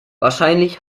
wahrscheinlich